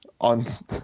on